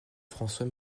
françois